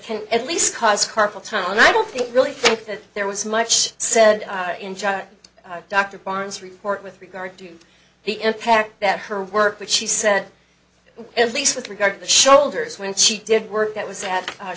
can at least cause carpal tunnel and i don't think really think that there was much said in john dr barnes report with regard to the impact that her work which she said at least with regard to the shoulders when she did work that was at